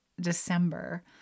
December